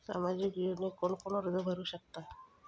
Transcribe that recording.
सामाजिक योजनेक कोण कोण अर्ज करू शकतत?